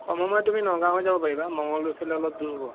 কম সময়ত তুমি নগাঁও হৈ যাব পাৰিবা মঙ্গলদৈ ফালে অলপ দূৰ হ'ব